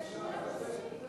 זה שנייה שלישית,